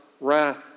wrath